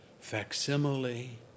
facsimile